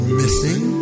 missing